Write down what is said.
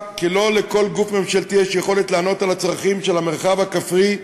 כי לא לכל גוף יש יכולת לענות על הצרכים של המרחב הכפרי,